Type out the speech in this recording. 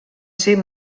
ser